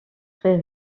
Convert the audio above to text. très